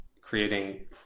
creating